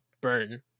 burn